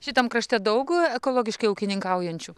šitam krašte daug ekologiškai ūkininkaujančių